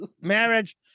Marriage